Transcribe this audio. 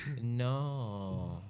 no